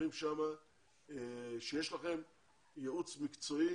שיש לכם יעוץ מקצועי